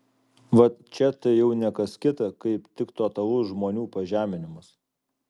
vat čia tai jau ne kas kita kaip tik totalus žmonių pažeminimas